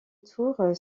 tour